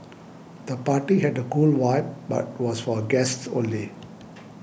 the party had a cool vibe but was for guests only